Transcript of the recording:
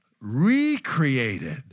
recreated